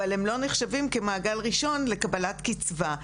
אבל הם לא נחשבים כמעגל ראשון לקבלת קצבה.